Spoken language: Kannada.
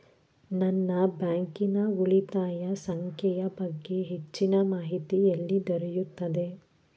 ನನ್ನ ಬ್ಯಾಂಕಿನ ಉಳಿತಾಯ ಸಂಖ್ಯೆಯ ಬಗ್ಗೆ ಹೆಚ್ಚಿನ ಮಾಹಿತಿ ಎಲ್ಲಿ ದೊರೆಯುತ್ತದೆ?